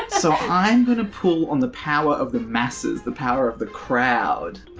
so i'm gonna pull on the power of the masses, the power of the crowd.